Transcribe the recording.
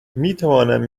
میتوانم